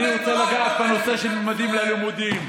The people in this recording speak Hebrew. אני רוצה לגעת בנושא של ממדים ללימודים.